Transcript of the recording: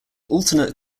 alternate